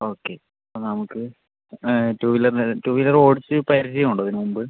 okay നമുക്ക് two വീലറിൻ്റെ two wheeler ഓടിച്ച് പരിചയം ഉണ്ടോ ഇതിന് മുമ്പ്